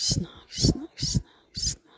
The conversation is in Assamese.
কৃষ্ণ কৃষ্ণ কৃষ্ণ কৃষ্ণ